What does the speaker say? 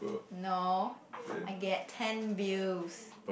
no I get ten views